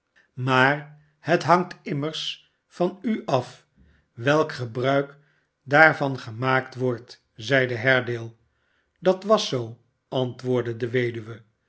maar het hangt immers van u af welk gebruik daarvan gemaakt wordt zeide haredale dat was zoo antwoordde de weduwe